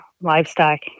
livestock